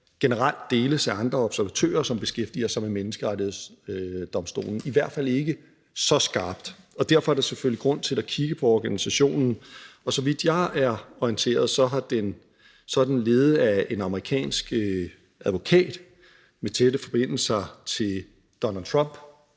generelt deles af andre observatører, som beskæftiger sig med Menneskerettighedsdomstolen, i hvert fald ikke så skarpt. Og derfor er der selvfølgelig grund til at kigge på organisationen. Så vidt jeg er orienteret, er den ledet af en amerikansk advokat med tætte forbindelser til Donald Trump